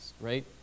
right